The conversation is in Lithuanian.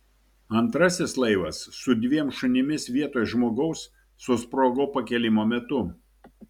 antrasis laivas su dviem šunimis vietoj žmogaus susprogo pakilimo metu